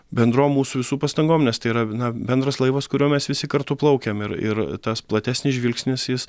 bendrom mūsų visų pastangom nes tai yra na bendras laivas kuriuo mes visi kartu plaukiam ir ir tas platesnis žvilgsnis jis